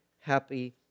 happy